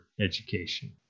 Education